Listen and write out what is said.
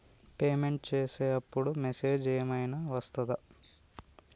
Payment చేసే అప్పుడు message ఏం ఐనా వస్తదా?